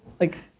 like,